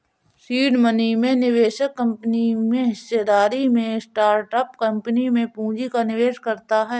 seed money में निवेशक कंपनी में हिस्सेदारी में स्टार्टअप कंपनी में पूंजी का निवेश करता है